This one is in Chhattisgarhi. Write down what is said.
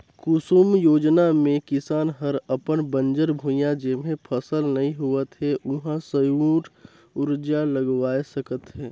कुसुम योजना मे किसान हर अपन बंजर भुइयां जेम्हे फसल नइ होवत हे उहां सउर उरजा लगवाये सकत हे